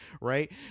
right